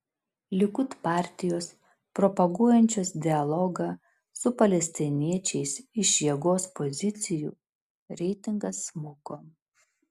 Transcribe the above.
likud partijos propaguojančios dialogą su palestiniečiais iš jėgos pozicijų reitingas smuko